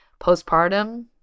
postpartum